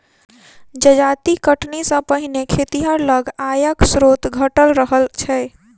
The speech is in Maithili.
जजाति कटनी सॅ पहिने खेतिहर लग आयक स्रोत घटल रहल छै